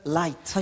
light